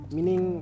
Meaning